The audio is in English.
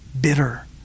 bitter